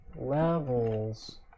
Levels